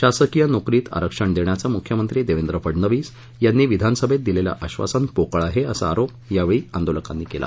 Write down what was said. शासकीय नोकरीमध्ये आरक्षण देण्याचं मुख्यमंत्री देवेंद्र फडणवीस यांनी विधानसभेत दिलेलं आक्षासन पोकळ आहे असा आरोप यावेळी आंदोलकांनी केला